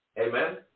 Amen